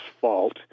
Fault